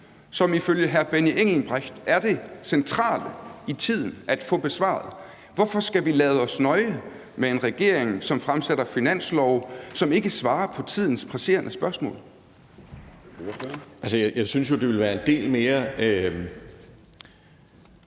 som ifølge hr. Benny Engelbrecht er det centrale i tiden at få besvaret? Hvorfor skal vi lade os nøje med en regering, som fremsætter finanslovsforslag, som ikke svarer på tidens presserende spørgsmål? Kl. 09:19 Formanden (Søren